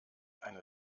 eine